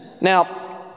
Now